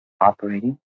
operating